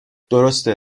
درسته